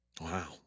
Wow